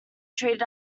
treated